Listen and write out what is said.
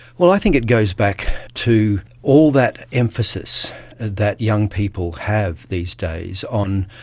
well, i think it goes back to all that emphasis that young people have these days on,